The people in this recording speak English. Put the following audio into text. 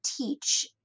teach